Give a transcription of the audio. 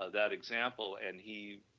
of that example and he